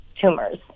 tumors